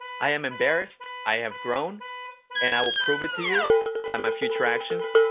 i am embarrassed, i have grown and i will prove it to you by my future actions,